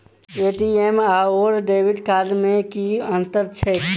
ATM आओर debit card मे की अंतर छैक?